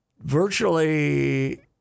virtually